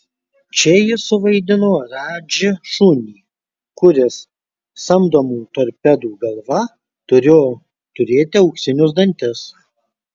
čia jis suvaidino radži šunį kuris samdomų torpedų galva turėjo turėti auksinius dantis